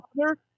father